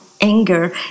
anger